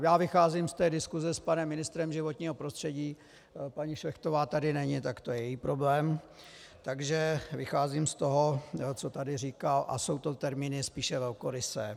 Já vycházím z té diskuse s panem ministrem životního prostředí, paní Šlechtová tady není, tak to je její problém, takže vycházím z toho, co tady říkal, a jsou to termíny spíše velkorysé.